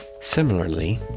Similarly